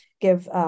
give